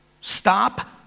Stop